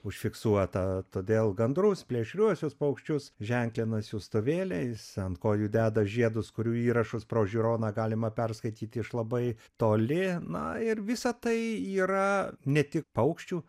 užfiksuota todėl gandrus plėšriuosius paukščius ženklina siųstuvėliais ant kojų deda žiedus kurių įrašus pro žiūroną galima perskaityti iš labai toli na ir visa tai yra ne tik paukščių